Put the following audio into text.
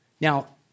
Now